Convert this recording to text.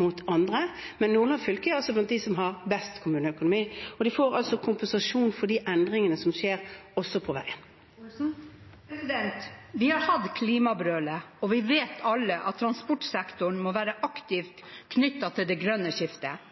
mot andre, men Nordland fylke er blant dem som har best økonomi. De får altså kompensasjon for de endringene som skjer. Ingalill Olsen – til oppfølgingsspørsmål. Vi har hatt klimabrølet, og vi vet alle at transportsektoren må være aktiv i det grønne skiftet.